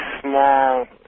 small